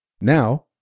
Now